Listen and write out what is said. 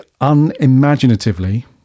unimaginatively